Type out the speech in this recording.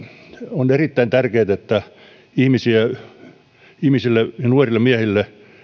on erittäin tärkeätä että ihmisille nuorille miehille